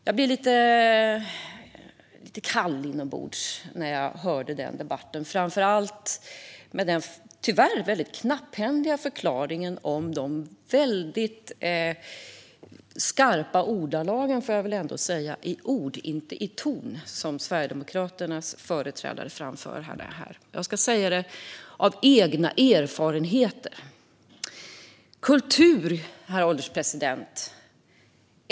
Jag blev lite kall inombords när jag hörde den debatten, särskilt de tyvärr väldigt skarpa ordalag - i ord, inte i ton - som Sverigedemokraternas företrädare hade. Herr ålderspresident!